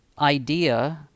idea